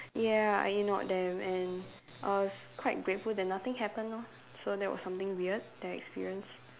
ya I ignored them and I was quite grateful that nothing happen lor so that was something weird that I experienced